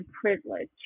privilege